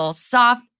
Soft